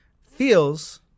feels